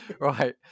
Right